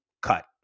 cut